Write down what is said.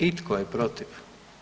I tko je protiv?